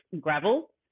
gravel